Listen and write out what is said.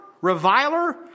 reviler